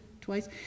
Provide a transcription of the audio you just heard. twice